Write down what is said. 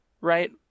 Right